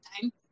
time